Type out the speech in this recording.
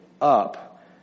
up